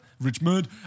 Richmond